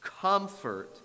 Comfort